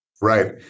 Right